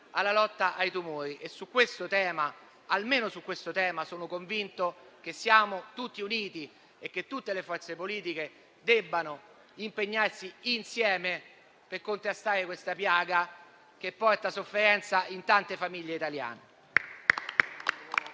la lotta contro i tumori. Almeno su questo tema sono convinto che siamo tutti uniti e che tutte le forze politiche debbano impegnarsi insieme per contrastare una piaga che porta sofferenza in tante famiglie italiane.